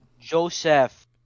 Joseph